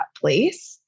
place